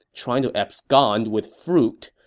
trying to abscond with fruit,